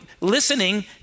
listening